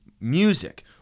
music